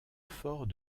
fort